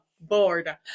Bored